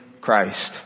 Christ